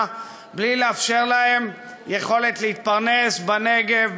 בלי לאפשר להם יכולת להתפרנס בנגב,